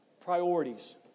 Priorities